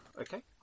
Okay